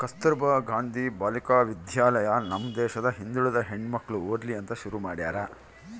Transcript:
ಕಸ್ತುರ್ಭ ಗಾಂಧಿ ಬಾಲಿಕ ವಿದ್ಯಾಲಯ ನಮ್ ದೇಶದ ಹಿಂದುಳಿದ ಹೆಣ್ಮಕ್ಳು ಓದ್ಲಿ ಅಂತ ಶುರು ಮಾಡ್ಯಾರ